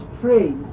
praise